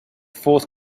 fourth